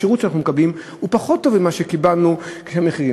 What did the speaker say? השירות שאנחנו מקבלים הוא פחות טוב ממה שקיבלנו כשהמחירים,